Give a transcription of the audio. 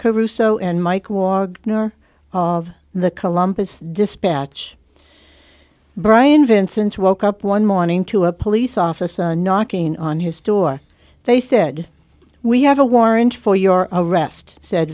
caruso and mike warg nor of the columbus dispatch brian vincent woke up one morning to a police officer knocking on his door they said we have a warrant for your arrest said